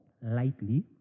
lightly